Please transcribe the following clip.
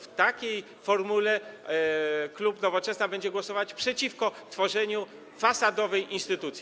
W takiej formule klub Nowoczesna będzie głosować przeciwko tworzeniu fasadowej instytucji.